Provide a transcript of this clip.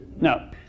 No